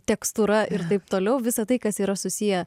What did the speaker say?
tekstūra ir taip toliau visa tai kas yra susiję